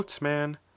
man